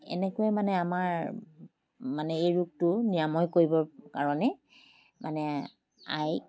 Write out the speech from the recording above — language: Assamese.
এনেকৈ মানে আমাৰ মানে এই ৰোগটো নিৰাময় কৰিবৰ কাৰণে মানে আইক